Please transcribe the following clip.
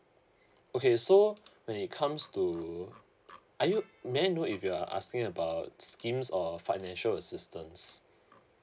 okay so when it comes to are you may I know if you are asking about schemes or financial assistance